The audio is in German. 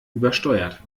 übersteuert